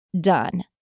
done